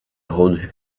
hold